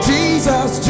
Jesus